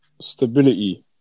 stability